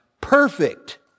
perfect